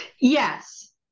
Yes